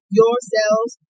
yourselves